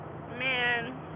Man